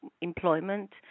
employment